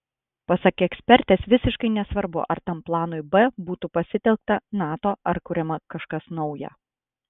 pasak ekspertės visiškai nesvarbu ar tam planui b būtų pasitelkta nato ar kuriama kažkas nauja